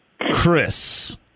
Chris